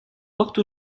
porte